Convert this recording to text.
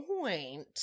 point